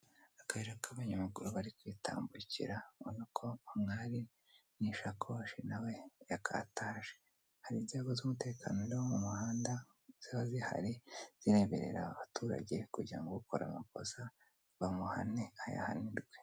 Akayira k'abanyamaguru bari kwitambukira ubona ko umwari n'ishakoshi na we yakataje, hari inzego z'umutekano zo mu muhanda ziba zihari, zireberera abaturage kugira ngo ukora amakosa bamuhane ayahanirwe.